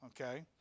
okay